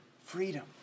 Freedom